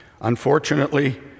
Unfortunately